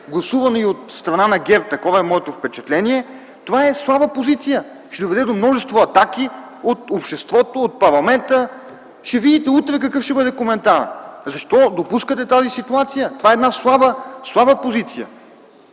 гласувано и от страна на ГЕРБ – такова е и моето впечатление, това е слаба позиция. Ще доведе до множество атаки от обществото, от парламента. Утре ще видите какъв ще бъде коментара. Защо допускате тази ситуация? Това е една слаба позиция.